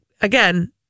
again